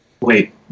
Wait